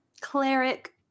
cleric